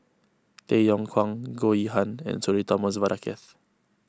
Tay Yong Kwang Goh Yihan and Sudhir Thomas Vadaketh